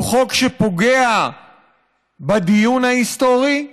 הוא חוק שפוגע בדיון ההיסטורי,